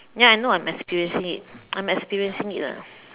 ya I know I'm experiencing it I'm experiencing it lah